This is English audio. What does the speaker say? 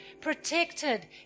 protected